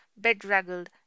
bedraggled